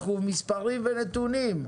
אנחנו במספרים ונתונים.